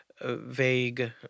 vague